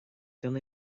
gan